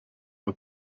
aux